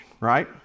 right